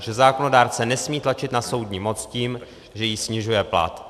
Že zákonodárce nesmí tlačit na soudní moc tím, že jí snižuje plat.